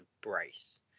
brace